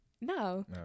No